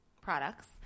products